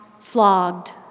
flogged